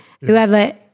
whoever